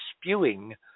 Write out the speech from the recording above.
spewing